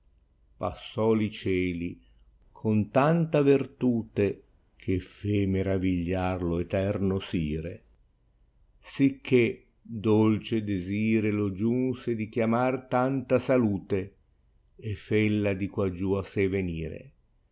passò li dell con tanta vertute che fé meratigliar lo eterno sire sicché dolce desire lo giunse di chiamar tanta salate fella di quaggiù a sé tenire